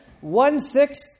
one-sixth